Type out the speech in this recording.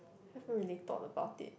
haven't really thought about it